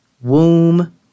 womb